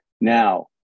Now